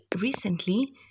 recently